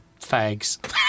Fags